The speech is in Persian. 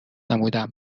نمودم